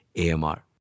AMR